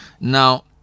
Now